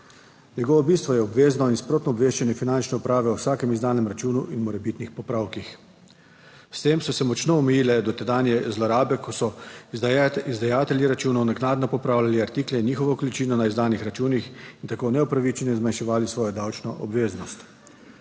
Njegovo bistvo je obvezno in sprotno obveščanje Finančne uprave o vsakem izdanem računu in morebitnih popravkih. S tem so se močno omejile dotedanje zlorabe, ko so izdajatelji računov naknadno popravljali artikle, njihovo količino na izdanih računih in tako neupravičeno zmanjševali svojo davčno obveznost.